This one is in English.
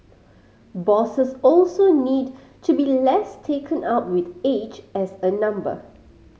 bosses also need to be less taken up with age as a number